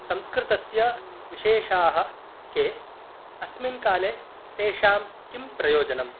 संस्कृतस्य विशेषाः के अस्मिन् काले तेषां किं प्रयोजनम्